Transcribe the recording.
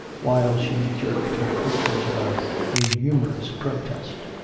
while she jerked her features about in humorous protest.